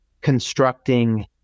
constructing